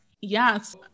Yes